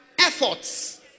efforts